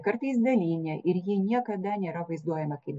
kartais dalinė ir ji niekada nėra vaizduojama kaip